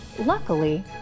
Luckily